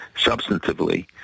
substantively